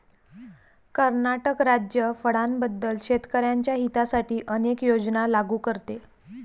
कर्नाटक राज्य फळांबद्दल शेतकर्यांच्या हितासाठी अनेक योजना लागू करते